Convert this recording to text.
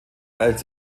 als